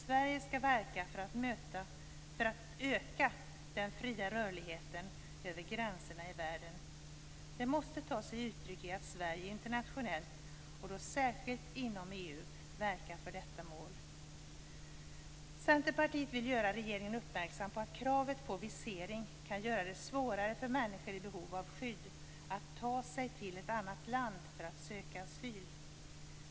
Sverige skall verka för att öka den fria rörligheten över gränserna i världen. Det måste ta sig uttryck i att Sverige internationellt, och då särskilt inom EU, verkar för detta mål. Centerpartiet vill göra regeringen uppmärksam på att kravet på visering kan göra det svårare för människor i behov av skydd att ta sig till ett annat land för att söka asyl.